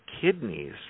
kidneys